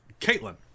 Caitlin